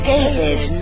David